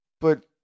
But-